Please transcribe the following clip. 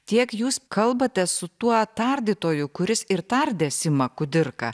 tiek jūs kalbate su tuo tardytoju kuris ir tardė simą kudirką